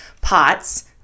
POTS